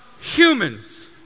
humans